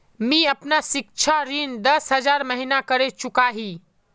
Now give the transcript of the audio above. मी अपना सिक्षा ऋण दस हज़ार महिना करे चुकाही